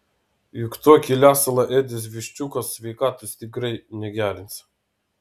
juk tokį lesalą ėdęs viščiukas sveikatos tikrai negerins